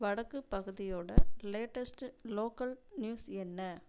வடக்குப் பகுதியோட latest local news என்ன